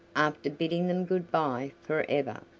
after bidding them good-by for ever,